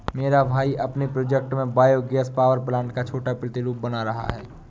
मेरा भाई अपने प्रोजेक्ट में बायो गैस पावर प्लांट का छोटा प्रतिरूप बना रहा है